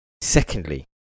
Secondly